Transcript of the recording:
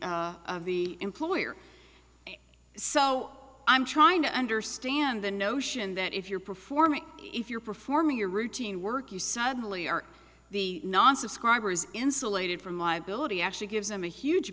employer so i'm trying to understand the notion that if you're performing if you're performing your routine work you suddenly are the non subscribers insulated from liability actually gives them a huge